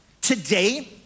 today